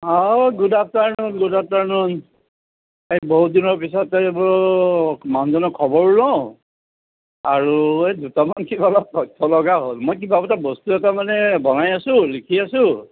অঁ good afternoon good afternoon এই বহুত দিনৰ পিছত এই বোলো মানুহজনৰ খবৰো লওঁ আৰু এই দুটামান কিবা এটা তথ্য লগা হ'ল মই কিবা এটা বস্তু এটা মানে বনাই আছো লিখি আছো